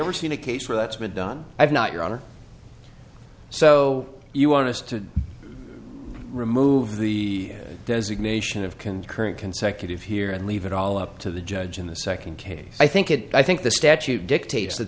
ever seen a case where that's been done i've not your honor so you want us to remove the designation of concurrent consecutive here and leave it all up to the judge in the second case i think it i think the statute dictates that